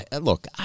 look